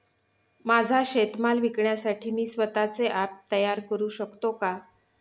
माझा शेतीमाल विकण्यासाठी मी स्वत:चे ॲप तयार करु शकतो का?